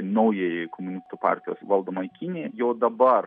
naujajai komunistų partijos valdomai kinijai jau dabar